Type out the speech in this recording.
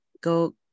go